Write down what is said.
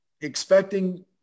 Expecting